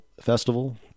festival